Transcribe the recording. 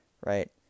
right